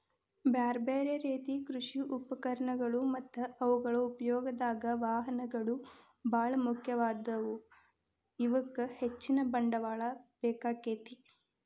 ಬ್ಯಾರ್ಬ್ಯಾರೇ ರೇತಿ ಕೃಷಿ ಉಪಕರಣಗಳು ಮತ್ತ ಅವುಗಳ ಉಪಯೋಗದಾಗ, ವಾಹನಗಳು ಬಾಳ ಮುಖ್ಯವಾದವು, ಇವಕ್ಕ ಹೆಚ್ಚಿನ ಬಂಡವಾಳ ಬೇಕಾಕ್ಕೆತಿ